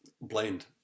blend